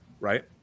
right